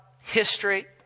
history